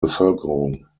bevölkerung